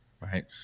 right